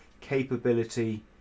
capability